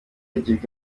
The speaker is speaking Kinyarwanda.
agirwa